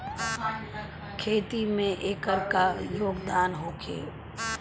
खेती में एकर का योगदान होखे?